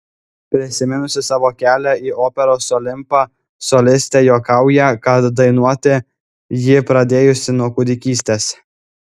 prisiminusi savo kelią į operos olimpą solistė juokauja kad dainuoti ji pradėjusi nuo kūdikystės